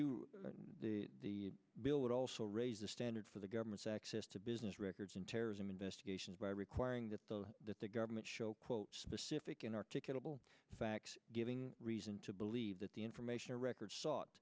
you the the bill would also raise the standard for the government's access to business records in terrorism investigations by requiring that the that the government show quote specific and articulable facts giving reason to believe that the information or records sought